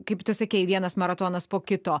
kaip tu sakei vienas maratonas po kito